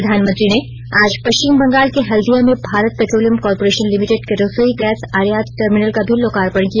प्रधानमंत्री ने आज पश्चिम बंगाल के हल्दिया में भारत पेट्रोलियम कॉर्पोरेशन लिमिटेड के रसोई गैस आयात टर्मिनल का भी लोकार्पण किया